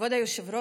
כבוד היושב-ראש,